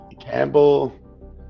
Campbell